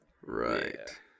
Right